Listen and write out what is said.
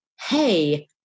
Hey